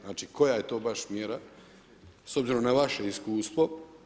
Znači koja je to baš mjera s obzirom na vaše iskustvo.